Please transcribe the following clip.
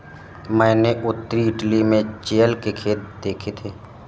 मैंने उत्तरी इटली में चेयल के खेत देखे थे